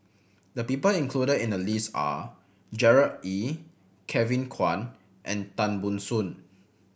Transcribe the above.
the people included in the list are Gerard Ee Kevin Kwan and Tan Ban Soon